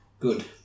Good